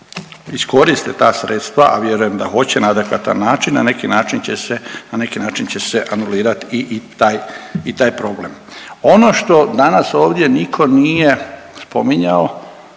iskoriste ta sredstva, a vjerujem da hoće na adekvatan način, na neki način će se, na neki način će se anulirat i taj, i taj problem. Ono što danas ovdje niko nije spominjao,